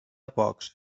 pocs